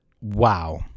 wow